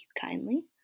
kindly